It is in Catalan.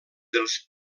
dels